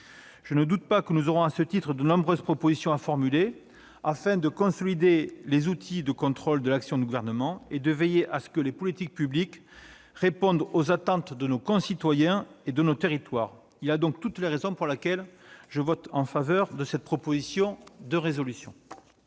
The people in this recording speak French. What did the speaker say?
Je ne doute pas que nous aurons, à ce titre, de nombreuses propositions à formuler afin de consolider les outils de contrôle de l'action du Gouvernement et de veiller à ce que les politiques publiques répondent aux attentes de nos concitoyens et de nos territoires. Pour toutes ces raisons, je voterai donc en faveur de cette proposition de résolution.